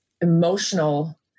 emotional